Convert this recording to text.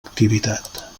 activitat